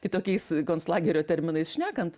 kitokiais konclagerio terminais šnekant